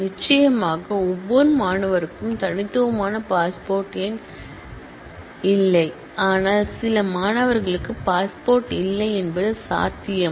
நிச்சயமாக ஒவ்வொரு மாணவருக்கும் தனித்துவமான பாஸ்போர்ட் எண் இல்லை ஆனால் சில மாணவர்களுக்கு பாஸ்போர்ட் இல்லை என்பது சாத்தியம்